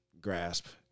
grasp